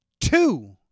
two